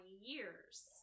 years